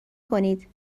کنید